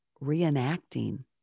reenacting